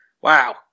wow